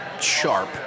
sharp